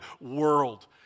world